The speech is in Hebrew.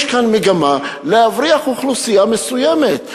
יש כאן מגמה להבריח אוכלוסייה מסוימת.